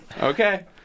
Okay